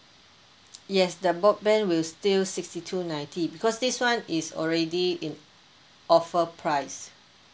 yes the broadband will still sixty two ninety because this [one] is already in offer price